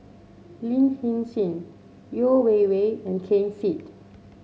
Lin Hsin Hsin Yeo Wei Wei and Ken Seet